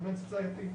human society,